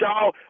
y'all